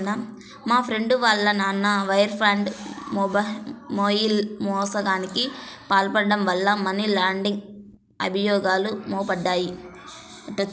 మా ఫ్రెండు వాళ్ళ నాన్న వైర్ ఫ్రాడ్, మెయిల్ మోసానికి పాల్పడటం వల్ల మనీ లాండరింగ్ అభియోగాలు మోపబడ్డాయి